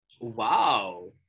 Wow